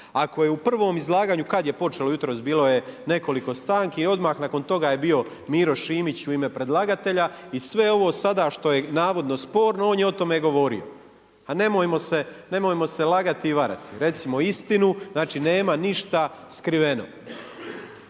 Ako je u prvom izlaganju kada je počelo jutros bilo je nekoliko tanki i odmah nakon toga je bio Miro Šimić u ime predlagatelja i sve ovo što je sada navodno sporno on je o tome govorio. Nemojmo se lagati i varati, recimo istinu nema ništa skriveno,